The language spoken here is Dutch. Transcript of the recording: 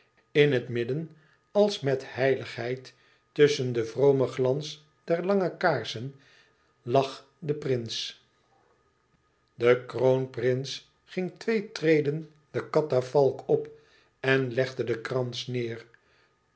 in het midden als met heiligheid tusschen den vromen glans der lange kaarsen rees de katafalk lag de prins de kroonprins ging twee treden de katafalk op en legde den krans neêr